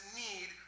need